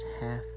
half